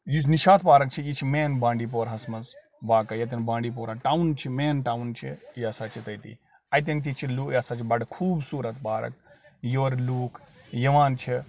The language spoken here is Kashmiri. یُس نِشاط پارَک چھِ یہِ چھِ مین بانڈی پوراہَس مَنٛز واقع ییٚتٮ۪ن بانڈی پورہ ٹاوُن چھِ مین ٹاوُن چھِ یہِ ہَسا چھِ تٔتی اَتٮ۪ن تہِ چھِ یہِ ہَسا چھِ بَڑٕ خوٗبصوٗرَت پارَک یورٕ لوٗکھ یِوان چھِ